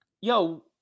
Yo